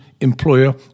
employer